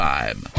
Time